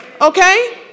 Okay